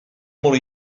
molt